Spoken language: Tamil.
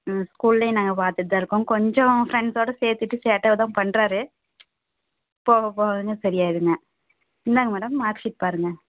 ம் ஸ்கூல்லேயும் நாங்கள் பார்த்துட்டுதான் இருக்கோம் கொஞ்சம் ஃப்ரண்ட்ஸோடு சேந்துட்டு சேட்டை தான் பண்ணுறாரு போக போக சரியாகிருங்க இந்தாங்க மேடம் மார்க் ஷீட் பாருங்கள்